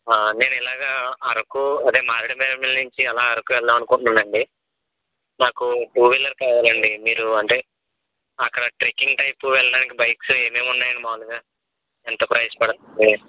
నేను ఇలాగా అరుకు అదే మారేడుమె మిల్లి నుంచి అలా ఆరుకు వెళ్దామనుకుంటున్నానండి నాకు టూ వీలర్ కావాలండి మీరు అంటే అక్కడ ట్రెక్కింగ్ టైపు వెళ్ళడానికి బైక్స్ ఏమేమున్నాయండి మామూలుగా ఎంత ప్రైస్ పడుతంది